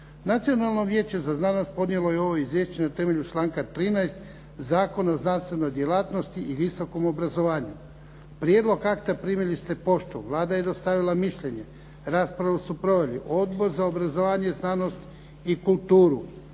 Nacionalno vijeće za znanost podnijelo je ovo izvješće na temelju članka 13. Zakona o znanstvenoj djelatnosti i visokom obrazovanju. Prijedlog akta primili ste poštom. Vlada je dostavila mišljenje. Raspravu su proveli Odbor za obrazovanje, znanost i kulturu.